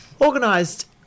Organised